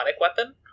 weapon